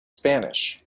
spanish